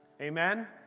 Amen